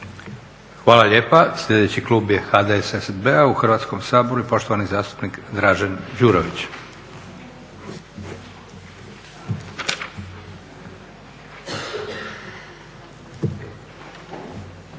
Hvala lijepa. Sljedeći klub je HDSSB u Hrvatskom saboru i poštovani zastupnik Dražen Đurović.